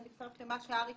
אני מצטרפת למה שאמר אריק,